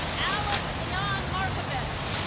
aleks leon merkovich